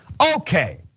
okay